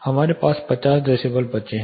हमारे पास 50 डेसीबल बचे हैं